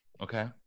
okay